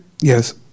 Yes